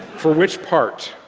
for which part?